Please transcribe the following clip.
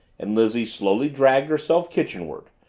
and lizzie slowly dragged herself kitchenward,